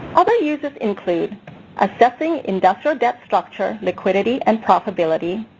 other uses include assessing industrial debt structure, liquidity and profitability.